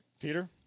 Peter